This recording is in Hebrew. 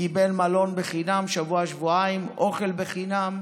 קיבל מלון חינם לשבוע-שבועיים, אוכל חינם,